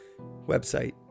Website